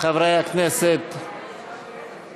בממשלה לא נתקבלה.